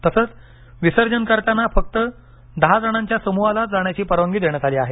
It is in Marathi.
तसंच विसर्जन करताना फक्त दहा जणांच्या समूहालाच जाण्याची परवानगी देण्यात आली आहे